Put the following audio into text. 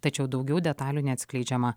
tačiau daugiau detalių neatskleidžiama